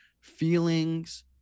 feelings